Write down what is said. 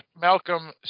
Malcolm